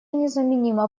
незаменима